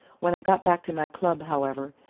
when i got back to my club, however,